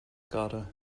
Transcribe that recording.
gerade